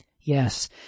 Yes